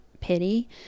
pity